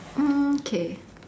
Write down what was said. mm K